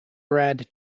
brad